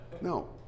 No